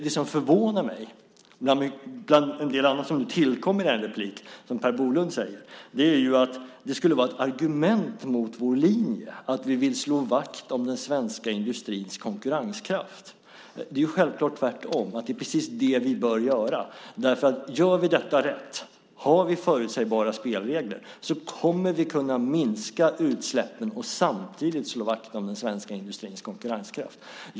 Det som förvånar mig bland en del annat som tillkom i Per Bolunds inlägg är att det skulle vara ett argument mot vår linje att vi vill slå vakt om den svenska industrins konkurrenskraft. Det är självfallet tvärtom. Det är precis det vi bör göra. Gör vi detta rätt, har vi förutsägbara spelregler, kommer vi att kunna minska utsläppen och samtidigt slå vakt om den svenska industrins konkurrenskraft.